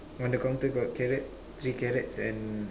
on the counter got carrot three carrots and